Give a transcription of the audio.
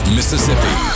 Mississippi